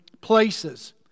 places